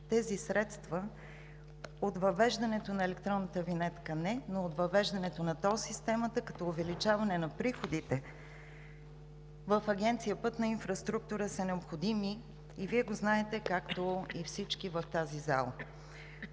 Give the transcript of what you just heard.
Тези средства от въвеждането на електронната винетка не, но от въвеждането на тол системата като увеличаване на приходите в Агенция „Пътна инфраструктура“ са необходими и Вие го знаете, както и всички в тази зала.